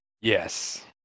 Yes